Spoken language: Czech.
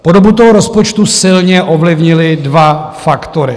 Podobu toho rozpočtu silně ovlivnily dva faktory.